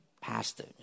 pastor